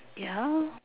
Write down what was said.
ya